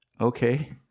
Okay